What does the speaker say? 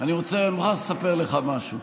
אני רוצה, אני מוכרח, לספר לך משהו.